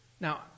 Now